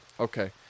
Okay